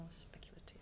speculative